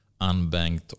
unbanked